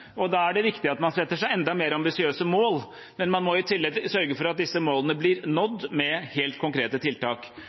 Da er det viktig at man setter seg enda mer ambisiøse mål, men man må i tillegg sørge for at disse målene blir nådd med helt konkrete tiltak.